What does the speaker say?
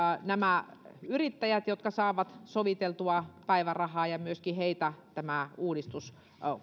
nämä yrittäjät jotka saavat soviteltua päivärahaa myöskin heitä tämä uudistus